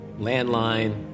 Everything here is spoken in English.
landline